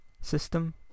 system